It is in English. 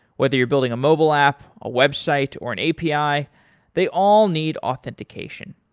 whether you're building a mobile app, a website, or an api, they all need authentication.